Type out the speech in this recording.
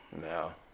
No